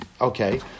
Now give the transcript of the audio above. Okay